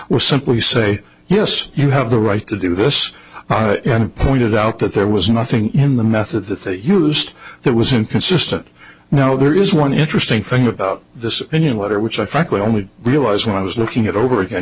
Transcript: was simply say yes you have the right to do this and pointed out that there was nothing in the method that they used that was that now there is one interesting thing about this in your letter which i frankly only realized when i was looking it over again